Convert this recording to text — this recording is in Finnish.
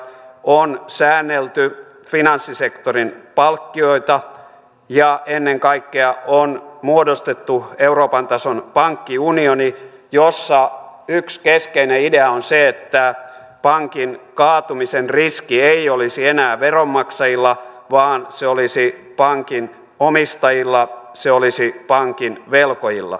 on säännelty finanssisektorin palkkioita ja ennen kaikkea on muodostettu euroopan tason pankkiunioni jossa yksi keskeinen idea on se että pankin kaatumisen riski ei olisi enää veronmaksajilla vaan se olisi pankin omistajilla se olisi pankin velkojilla